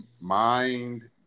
mind